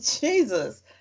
Jesus